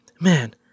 man